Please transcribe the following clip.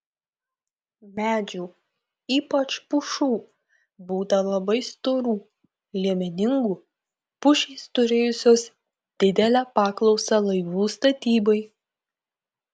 medžių ypač pušų būta labai storų liemeningų pušys turėjusios didelę paklausą laivų statybai